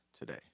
today